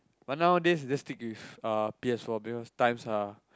but nowadays I just stick with uh p_s-four because times are